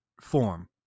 form